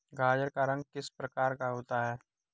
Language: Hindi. गाजर का रंग किस प्रकार का होता है?